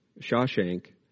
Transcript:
Shawshank